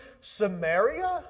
Samaria